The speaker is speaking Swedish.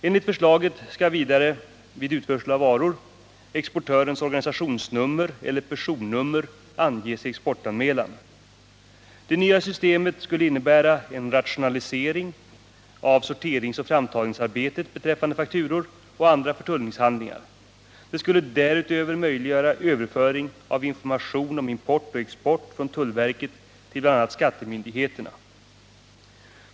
Enligt förslaget skall vidare vid utförsel av varor exportörens organisationsnummer eller personnummer anges i exportanmälan. Det nya systemet skulle innebära en rationalisering av sorteringsoch framtagningsarbetet beträffande fakturor och andra förtullningshandlingar. Det skulle därutöver möjliggöra överföring av information om import och export från tullverket till bl.a. skattemyndigheterna.